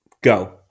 Go